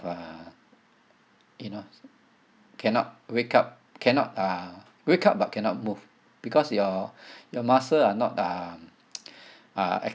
uh you know cannot wake up cannot uh wake up but cannot move because your your muscles are not um uh